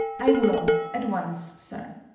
i will, at once, sir.